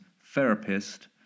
therapist